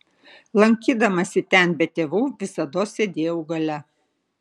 lankydamasi ten be tėvų visados sėdėjau gale